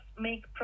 make